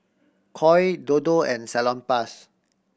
Koi Dodo and Salonpas